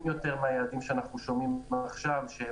יותר מהיעדים שאנחנו שומעים כבר עכשיו,